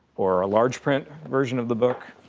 or a large print version of the book.